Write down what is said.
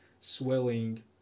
swelling